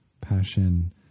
passion